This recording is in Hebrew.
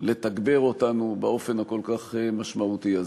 לתגבר אותנו באופן הכל-כך משמעותי הזה.